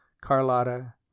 Carlotta